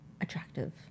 attractive